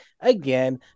again